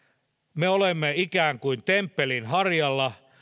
me olemme ikään kuin temppelin harjalla